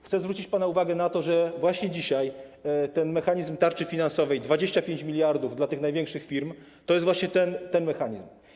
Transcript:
Chcę zwrócić pana uwagę na to, że właśnie dzisiaj ten mechanizm tarczy finansowej, 25 mld dla tych największych firm, to jest właśnie ten mechanizm.